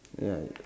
ya